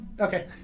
Okay